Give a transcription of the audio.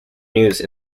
news